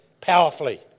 powerfully